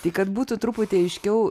tai kad būtų truputį aiškiau